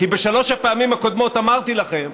כי בשלוש הפעמים הקודמות אמרתי לכם,